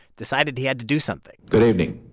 decided he had to do something good evening.